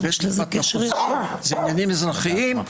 עניינים אזרחיים,